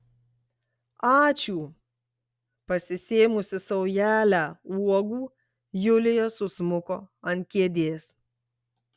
ačiū pasisėmusi saujelę uogų julija susmuko ant kėdės